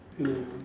ya